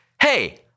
Hey